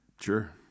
Sure